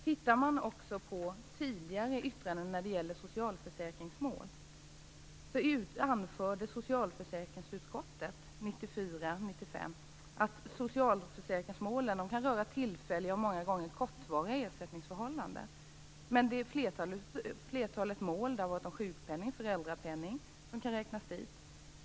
Tittar man också på tidigare yttranden när det gäller socialförsäkringsmål, så anförde socialförsäkringsutskottet 1994/95 att socialförsäkringsmålen kan röra tillfälliga och många gånger kortvariga ersättningsförhållanden. Så är det med flertalet mål. Bl.a. kan sjukpenning och föräldrapenning räknas dit.